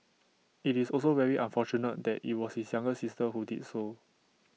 IT is also very unfortunate that IT was his younger sister who did so